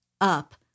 up